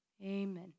Amen